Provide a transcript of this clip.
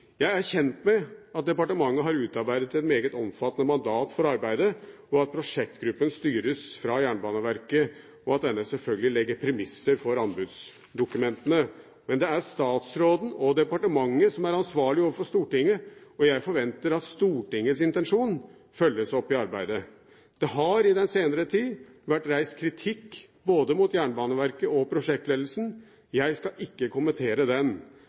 Jeg er kjent med at departementet har utarbeidet et meget omfattende mandat for arbeidet, at prosjektgruppen styres fra Jernbaneverket, og at denne selvfølgelig legger premisser for anbudsdokumentene. Men det er statsråden og departementet som er ansvarlig overfor Stortinget, og jeg forventer at Stortingets intensjon følges opp i arbeidet. Det har i den senere tid vært reist kritikk både mot Jernbaneverket og prosjektledelsen. Jeg skal ikke kommentere den,